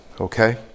okay